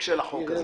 אין רשימה בכלל.